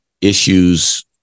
issues